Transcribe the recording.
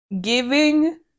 Giving